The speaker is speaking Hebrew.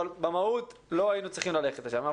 אבל במהות לא היינו צריכים ללכת לשם.